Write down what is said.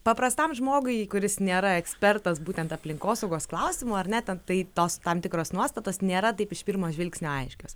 paprastam žmogui kuris nėra ekspertas būtent aplinkosaugos klausimų ar ne ten tai tos tam tikros nuostatos nėra taip iš pirmo žvilgsnio aiškios